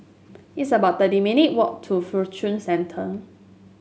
it's about thirty minute walk to Fortune Center